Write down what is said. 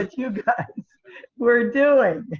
you guys were doing.